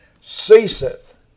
ceaseth